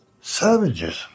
savages